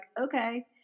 okay